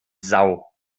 sau